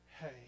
hey